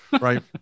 right